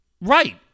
Right